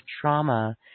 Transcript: trauma